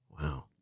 Wow